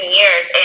years